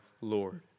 Lord